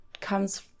comes